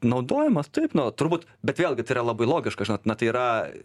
naudojamas taip nu turbūt bet vėlgi tai yra labai logiška žinot na tai yra